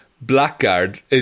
Blackguard